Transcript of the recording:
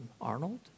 Arnold